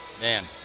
Man